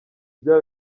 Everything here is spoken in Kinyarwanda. bya